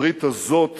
הברית הזאת